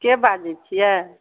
के बाजै छिए